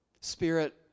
Spirit